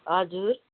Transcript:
हजुर